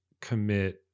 commit